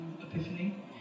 epiphany